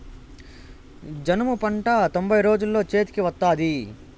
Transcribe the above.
జనుము పంట తొంభై రోజుల్లో చేతికి వత్తాది